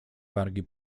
wargi